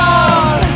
on